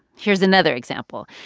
here's another example.